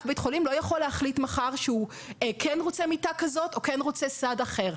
אף בית חולים לא יכול להחליט מחר שהוא כן רוצה מיטה כזאת או סד אחר.